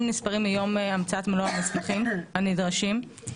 נספרים מיום המצאת מלוא המסמכים הנדרשים,